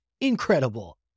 incredible